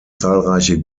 zahlreiche